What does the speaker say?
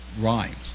rhymes